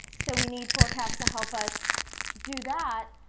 so we need forecast to help us do that.